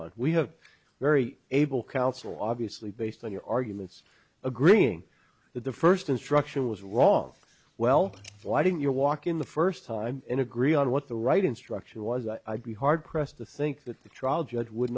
are we have a very able counsel obviously based on your arguments agreeing that the first instruction was wrong well why didn't you walk in the first time in agree on what the right instruction was i'd be hard pressed to think that the trial judge would